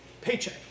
paycheck